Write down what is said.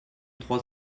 trois